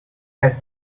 has